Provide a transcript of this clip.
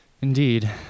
Indeed